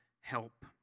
help